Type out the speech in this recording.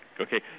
Okay